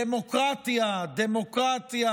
דמוקרטיה, דמוקרטיה,